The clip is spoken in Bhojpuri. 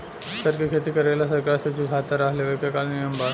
सर के खेती करेला सरकार से जो सहायता राशि लेवे के का नियम बा?